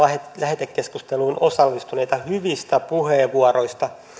lähetekeskusteluun osallistuneita hyvistä puheenvuoroista